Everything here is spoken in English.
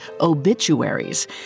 Obituaries